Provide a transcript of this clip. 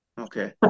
Okay